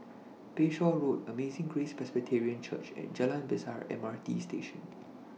Bayshore Road Amazing Grace Presbyterian Church and Jalan Besar M R T Station